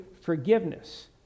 forgiveness